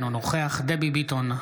אינו נוכח דבי ביטון,